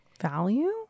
Value